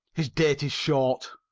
his date is short.